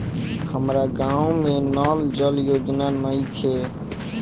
हमारा गाँव मे नल जल योजना नइखे?